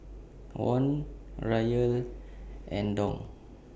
Won Riyal and Dong